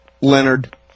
Leonard